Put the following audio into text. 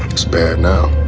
it's bad now